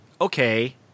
Okay